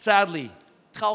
Sadly